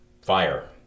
fire